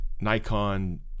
Nikon